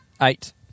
Eight